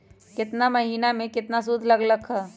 केतना महीना में कितना शुध लग लक ह?